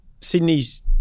sydney's